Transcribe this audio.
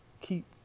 keep